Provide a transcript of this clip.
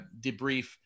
debrief